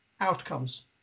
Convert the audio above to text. outcomes